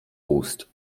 ust